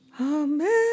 Amen